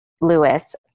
Lewis